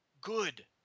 good